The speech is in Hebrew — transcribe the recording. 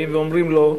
באים ואומרים לו: